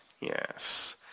Yes